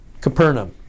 Capernaum